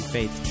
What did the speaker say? Faith